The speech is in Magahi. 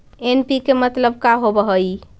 एन.पी.के मतलब का होव हइ?